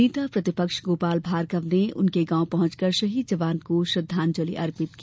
नेता प्रतिपक्ष गोपाल भार्गव ने उनके गॉव पहुंचकर शहीद जवान को श्रद्धांजलि अर्पित की